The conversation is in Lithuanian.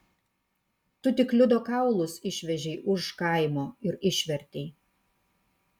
tu tik liudo kaulus išvežei už kaimo ir išvertei